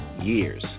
years